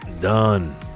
Done